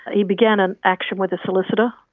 he began an action with a solicitor.